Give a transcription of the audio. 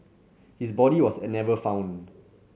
his body was never found